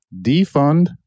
defund